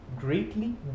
greatly